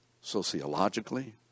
sociologically